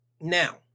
Now